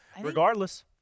Regardless